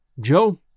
Joe